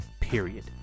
Period